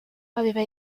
aveva